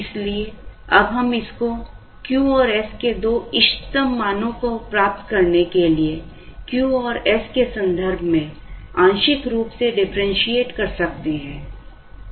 इसलिए अब हम इसको Q और s के दो इष्टतम मानों को प्राप्त करने के लिए Q और s के संदर्भ में आंशिक रूप से डिफरेंशिएट कर सकते हैं